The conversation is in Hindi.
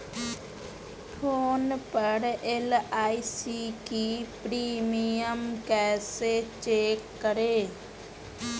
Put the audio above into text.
फोन पर एल.आई.सी का प्रीमियम कैसे चेक करें?